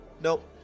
Nope